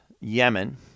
Yemen